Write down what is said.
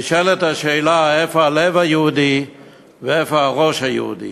נשאלת השאלה: איפה הלב היהודי ואיפה הראש היהודי?